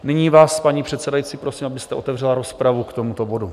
Nyní vás, paní předsedající, prosím, abyste otevřela rozpravu k tomuto bodu.